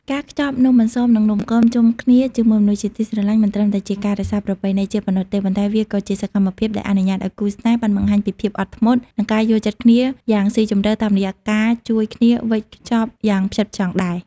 ការខ្ចប់នំអន្សម និងនំគមជុំគ្នាជាមួយមនុស្សជាទីស្រឡាញ់ មិនត្រឹមតែជាការរក្សាប្រពៃណីជាតិប៉ុណ្ណោះទេ ប៉ុន្តែវាក៏ជាសកម្មភាពដែលអនុញ្ញាតឱ្យគូស្នេហ៍បានបង្ហាញពីភាពអត់ធ្មត់ និងការយល់ចិត្តគ្នាយ៉ាងស៊ីជម្រៅតាមរយៈការជួយគ្នាវេចខ្ចប់យ៉ាងផ្ចិតផ្ចង់ដែរ។